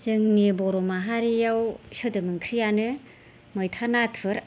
जोंनि बर' माहारिआव सोदोम ओंख्रियानो मैथा नाथुर